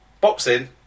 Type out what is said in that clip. Boxing